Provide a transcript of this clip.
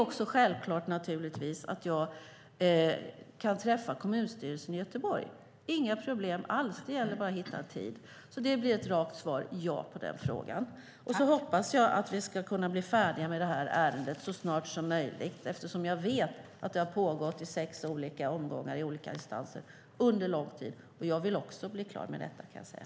Och självklart kan jag naturligtvis träffa kommunstyrelsen i Göteborg. Det är inga problem alls. Det gäller bara att hitta en tid. Så det raka svaret på frågan blir ett ja. Jag hoppas att vi kan bli färdiga med det här ärendet så snart som möjligt, eftersom jag vet att det har pågått i sex olika omgångar i olika instanser under en lång tid. Jag vill också bli klar med detta, kan jag säga.